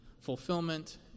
fulfillment